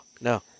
no